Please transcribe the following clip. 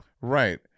Right